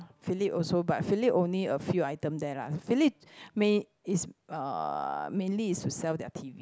Phillips also but Phillips only a few item there lah Phillips main is uh mainly is to sell their T_V